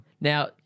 Now